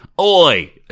Oi